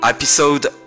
Episode